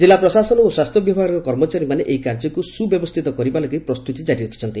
ଜିଲ୍ଲା ପ୍ରଶାସନ ଓ ସ୍ୱାସ୍ଥ୍ୟ ବିଭାଗର କର୍ମଚାରୀମାନେ ଏହି କାର୍ଯ୍ୟକୁ ସୁବ୍ୟବସ୍ଷିତ କରିବା ଲାଗି ପ୍ରସ୍ତୁତି ଜାରି ରଖ୍ଛନ୍ତି